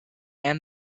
and